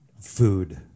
food